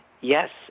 Yes